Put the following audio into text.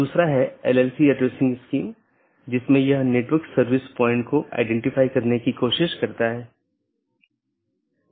जैसा कि हमने पाथ वेक्टर प्रोटोकॉल में चर्चा की है कि चार पथ विशेषता श्रेणियां हैं